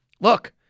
look